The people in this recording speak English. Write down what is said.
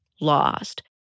lost